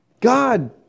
God